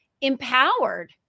Empowered